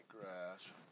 grass